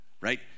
right